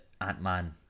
Ant-Man